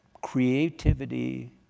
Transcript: creativity